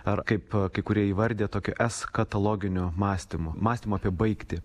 ar kaip kai kurie įvardija tokio eschatologinio mąstymo mąstymo apie baigtį